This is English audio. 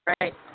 Right